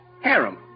Harem